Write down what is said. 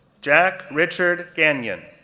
jack richard gagnon,